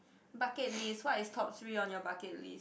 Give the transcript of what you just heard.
bucket list what is top three on your bucket list